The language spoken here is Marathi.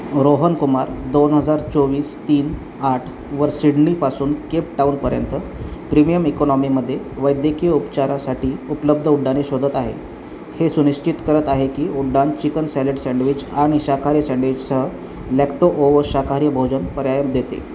रोहन कुमार दोन हजार चोवीस तीन आठ वर सिडनीपासून केपटाउनपर्यंत प्रीमियम इकॉनॉमीमध्ये वैद्यकीय उपचारासाठी उपलब्ध उड्डाणे शोधत आहे हे सुनिश्चित करत आहे की उड्डाण चिकन सॅलेड सँडविच आणि शाकाहारी सँडविचसह लॅक्टो ओवो शाकाहारी भोजन पर्याय देते